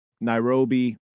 Nairobi